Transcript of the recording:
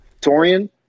Torian